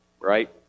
right